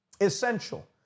essential